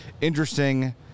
interesting